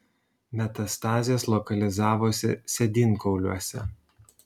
metastazės lokalizavosi sėdynkauliuose